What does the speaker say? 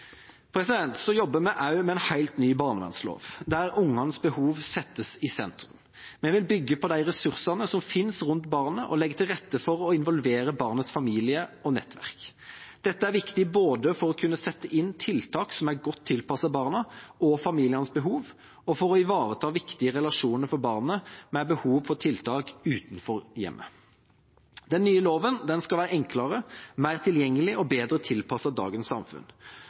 jobber også med en helt ny barnevernlov, der ungenes behov settes i sentrum. Vi vil bygge på de ressursene som finnes rundt barnet, og legge til rette for å involvere barnets familie og nettverk. Dette er viktig både for å kunne sette inn tiltak som er godt tilpasset barnas og familienes behov, og for å ivareta viktige relasjoner for barnet med behov for tiltak utenfor hjemmet. Den nye loven skal være enklere, mer tilgjengelig og bedre tilpasset dagens samfunn.